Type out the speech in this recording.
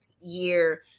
year